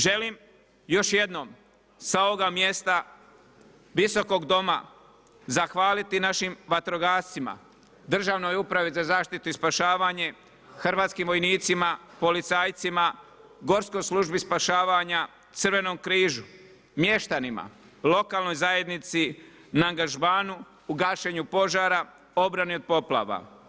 Želim još jednom sa ovoga mjesta Visokog doma zahvaliti našim vatrogascima, Državnoj upravi za zaštitu i spašavanje, hrvatskim vojnicima, policajcima, Gorskoj službi spašavanja, Crvenom križu, mještanima, lokalnoj zajednici na angažmanu u gašenju požara, obrani od poplava.